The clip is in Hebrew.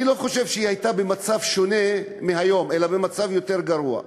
אני לא חושב שהיא הייתה במצב שונה מהיום אלא במצב יותר גרוע,